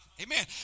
Amen